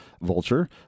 Vulture